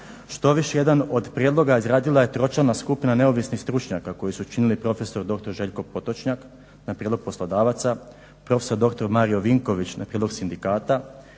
Štoviše, jedan od prijedloga izradila je tročlana skupina neovisnih stručnjaka koji su činili prof.dr. Željko Potočnjak na prijedlog poslodavaca, prof.dr. Marijo Vinković na prijedlog sindikata